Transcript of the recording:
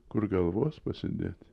kur galvos pasidėt